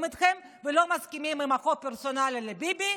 איתכם ולא מסכימים עם חוק פרסונלי לביבי,